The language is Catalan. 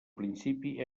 principi